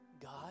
God